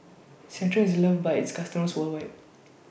Centrum IS loved By its customers worldwide